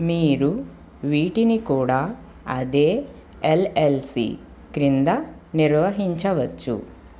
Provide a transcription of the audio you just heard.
మీరు వీటిని కూడా అదే ఎల్ఎల్సి క్రింద నిర్వహించవచ్చు